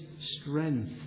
strength